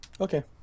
okay